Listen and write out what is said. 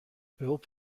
behulp